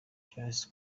charles